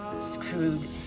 screwed